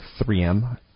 3M